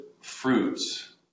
fruits